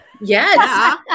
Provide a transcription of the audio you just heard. Yes